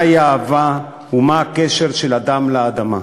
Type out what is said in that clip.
מהי אהבה ומה הקשר של אדם לאדמה,